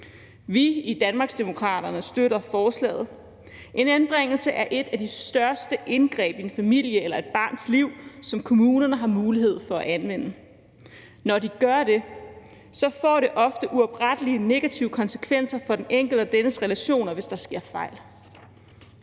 Vi i Danmarksdemokraterne støtter forslaget. En anbringelse er et af de største indgreb i en families eller et barns liv, som kommunerne har mulighed for at anvende, og hvis der sker fejl, når de gør det, får det ofte uoprettelige negative konsekvenser for den enkelte og dennes relationer. Der må ikke